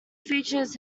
features